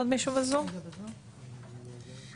אני חושב שהדיון סבב עוד פעם ועוד פעם